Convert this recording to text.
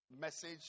message